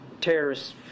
terrorists